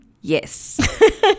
Yes